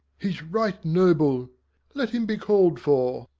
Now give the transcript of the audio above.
he's right noble let him be call'd for.